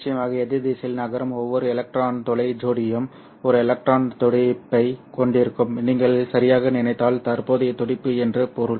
நிச்சயமாக எதிர் திசையில் நகரும் ஒவ்வொரு எலக்ட்ரான் துளை ஜோடியும் ஒரு எலக்ட்ரான் துடிப்பைக் கொண்டிருக்கும் நீங்கள் சரியாக நினைத்தால் தற்போதைய துடிப்பு என்று பொருள்